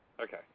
Okay